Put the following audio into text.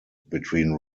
between